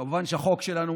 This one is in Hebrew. כמובן, החוק שלנו